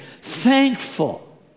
thankful